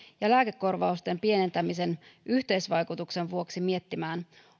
ja lääkekorvausten pienentämisen yhteisvaikutuksen vuoksi miettimään